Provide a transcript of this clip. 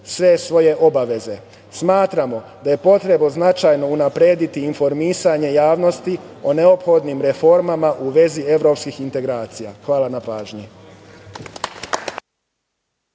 sve svoje obaveze. Smatramo da je potrebno značajno unaprediti informisanje javnosti o neophodnim reformama u vezi evropskih integracija. Hvala na pažnji.